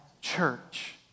church